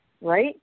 right